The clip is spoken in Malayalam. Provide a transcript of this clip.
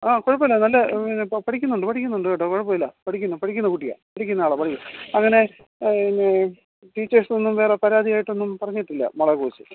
ആ കുഴപ്പമില്ല നല്ല പഠിക്കുന്നുണ്ട് പഠിക്കുന്നുണ്ട് കേട്ടോ കുഴപ്പമില്ല പഠിക്കുന്ന പഠിക്കുന്ന കുട്ടിയാണ് പഠിക്കുന്ന ആളാണ് പഠിക്കും അങ്ങനെ പിന്നെ ടീച്ചേഴ്സോന്നും വേറെ പരാതിയായിട്ടൊന്നും പറഞ്ഞിട്ടില്ല മോളേക്കുറിച്ച്